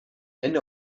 hände